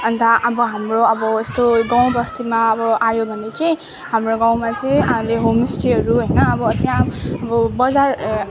अन्त अब हाम्रो अब यस्तो गाउँ बस्तीमा अब आयो भने चाहिँ हाम्रो गाउँमा चाहिँ अहिले होमस्टेहरू होइन अब त्यहाँ अब बजार